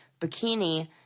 Bikini